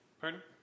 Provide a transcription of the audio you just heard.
Pardon